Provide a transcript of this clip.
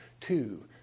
two